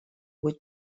buit